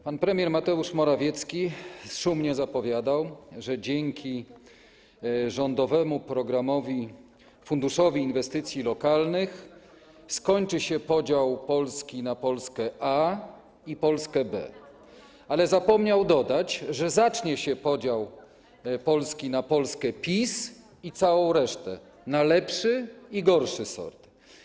Pan premier Mateusz Morawiecki szumnie zapowiadał, że dzięki Rządowemu Funduszowi Inwestycji Lokalnych skończy się podział Polski na Polskę A i Polskę B, ale zapomniał dodać, że zacznie się podział Polski na Polskę PiS i całą resztę, na lepszy i gorszy sort.